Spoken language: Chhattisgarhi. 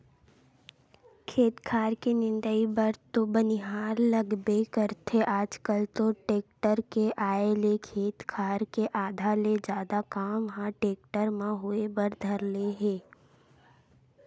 खेत खार के निंदई बर तो बनिहार लगबे करथे आजकल तो टेक्टर के आय ले खेत खार के आधा ले जादा काम ह टेक्टर म होय बर धर ले हे